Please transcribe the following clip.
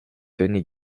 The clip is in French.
tony